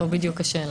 פה בדיוק השאלה.